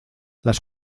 las